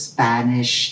Spanish